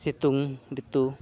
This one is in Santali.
ᱥᱤᱛᱩᱝ ᱨᱤᱛᱩ